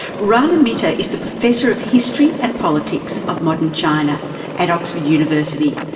rana mitter is the professor of history and politics of modern china at oxford university,